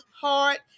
heart